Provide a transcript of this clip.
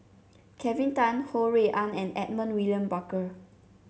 Kelvin Tan Ho Rui An and Edmund William Barker